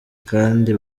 kandi